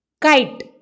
Kite